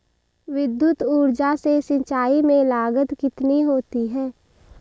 विद्युत ऊर्जा से सिंचाई में लागत कितनी होती है?